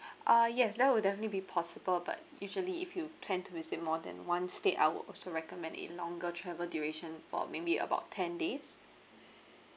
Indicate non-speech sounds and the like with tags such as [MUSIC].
[BREATH] uh yes that will definitely be possible but usually if you plan to visit more than one state I will also recommend a longer travel duration for maybe about ten days